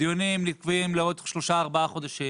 ודיונים נקבעים לעוד שלושה-ארבעה חודשים